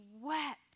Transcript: wept